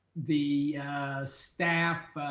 the staff,